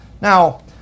Now